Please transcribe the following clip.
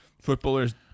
footballers